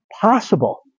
possible